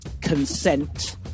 consent